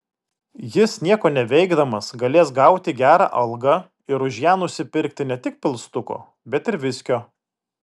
jis nieko neveikdamas galės gauti gerą algą ir už ją nusipirkti ne tik pilstuko bet ir viskio